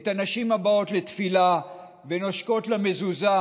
את הנשים הבאות לתפילה ונושקות למזוזה